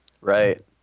Right